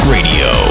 Radio